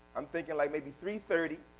i'm thinking like maybe three thirty,